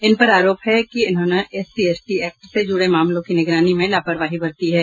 इन पर आरोप है कि इन्होंने एससी एसटी एक्ट से जुड़े मामलों की निगरानी में लापरवाही बरती है